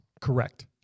Correct